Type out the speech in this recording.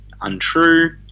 untrue